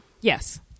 Yes